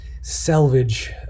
salvage